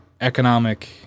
economic